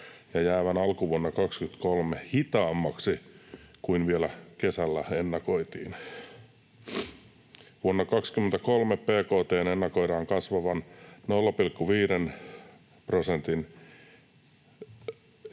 ja jäävän alkuvuonna 2023 hitaammaksi kuin vielä kesällä ennakoitiin. Vuonna 23 bkt:n ennakoidaan kasvavan 0,5 prosenttia.